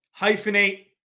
Hyphenate